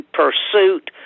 pursuit